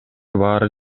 баары